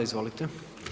Izvolite.